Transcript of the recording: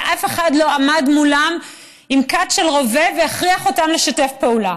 אבל אף אחד לא עמד מולם עם קת של רובה והכריח אותם לשתף פעולה.